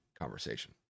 conversation